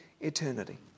eternity